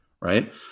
right